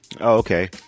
okay